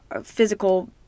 physical